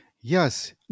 Yes